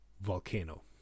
Volcano